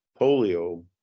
polio